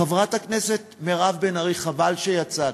חברת הכנסת מירב בן ארי, חבל שיצאת.